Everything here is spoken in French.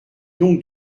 donc